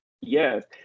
yes